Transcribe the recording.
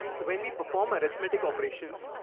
when we perform at athletic operations,